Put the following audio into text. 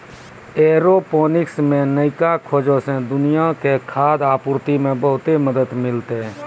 aeroponics मे नयका खोजो से दुनिया के खाद्य आपूर्ति मे बहुते मदत मिलतै